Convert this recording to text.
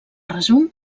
resum